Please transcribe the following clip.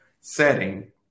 Setting